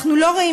אנחנו לא רואים.